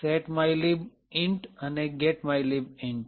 set mylib int અને get mylib int